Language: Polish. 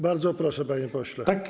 Bardzo proszę, panie pośle.